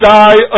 die